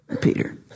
Peter